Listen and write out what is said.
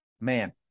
man